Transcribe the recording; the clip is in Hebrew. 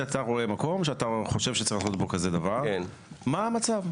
רואה מקום שאתה חושב שצריך לעשות בו כזה דבר: מה המצב?